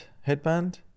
headband